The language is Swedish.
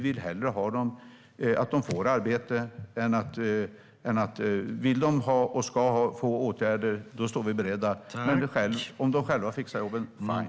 Vill de ha och kan få åtgärder, då står vi beredda, men om de själva fixar jobben - fine.